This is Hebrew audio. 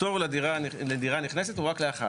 הפטור לדירה נכנסת הוא רק לאחת.